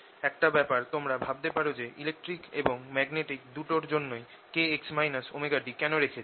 একটা ব্যাপার তোমরা ভাবতে পারো যে ইলেকট্রিক এবং ম্যাগনেটিক দুটোর জন্যই kx ωt কেন রেখেছি